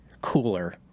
cooler